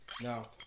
Now